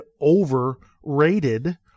overrated